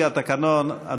לפי התקנון,